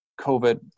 COVID